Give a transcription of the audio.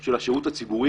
של השירות הציבורי,